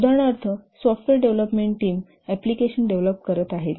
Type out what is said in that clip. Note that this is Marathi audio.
उदाहरणार्थ software development team application develop करत आहे